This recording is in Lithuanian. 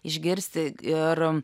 išgirsti ir